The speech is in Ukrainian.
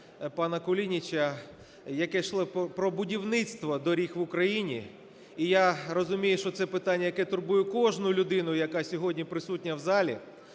пана Кулініча, яке йшло про будівництво доріг в Україні. І я розумію, що це питання, яке турбує кожну людину, яка сьогодні присутня в залі.